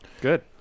good